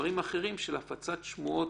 דוגמה כמה אנחנו צריכים להיזהר בהפצת תמונות